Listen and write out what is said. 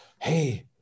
hey